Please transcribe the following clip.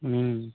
હમ્મ